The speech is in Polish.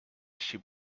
się